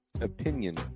opinion